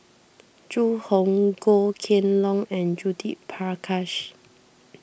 Zhu Hong Goh Kheng Long and Judith Prakash